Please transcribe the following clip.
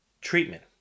treatment